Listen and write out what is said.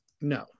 no